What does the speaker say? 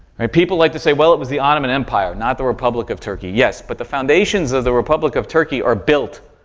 right? people like to say, well, it was the ottoman empire, not the republic of turkey. yes, but the foundations of the republic of turkey are built,